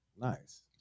Nice